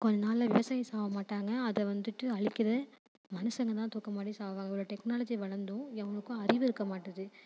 கொஞ்ச நாளில் விவசாயி சாக மாட்டாங்க அதை வந்துட்டு அழிக்கிற மனுஷங்க தான் தூக்கு மாட்டி சாவாங்க இவ்வளோ டெக்னாலஜி வளர்ந்தும் எவனுக்கும் அறிவு இருக்க மாட்டுது